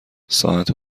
ساعت